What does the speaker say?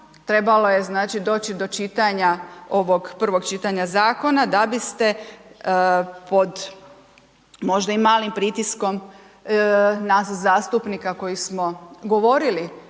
trebalo je, znači, doći do čitanja, ovog prvog čitanja zakona da biste pod možda i malim pritiskom nas zastupnika koji smo govorili